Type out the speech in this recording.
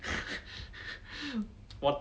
我